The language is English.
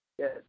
Yes